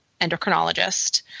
endocrinologist